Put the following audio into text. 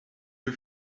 you